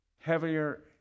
Heavier